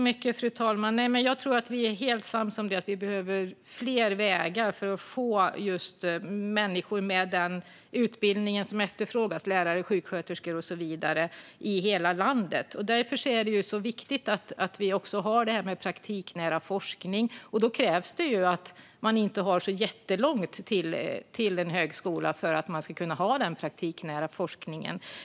Fru talman! Jag tror att vi är helt överens om att vi behöver fler vägar för att få människor med den utbildning som efterfrågas - lärare, sjuksköterskor och så vidare - i hela landet. Därför är det viktigt att vi också har praktiknära forskning. Det krävs att man inte har jättelångt till en högskola för att man ska kunna ha den praktiknära forskningen.